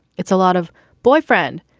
it's a lot of boyfriend.